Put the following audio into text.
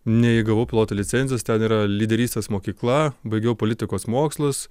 neįgavau piloto licencijos ten yra lyderystės mokykla baigiau politikos mokslus